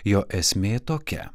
jo esmė tokia